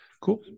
cool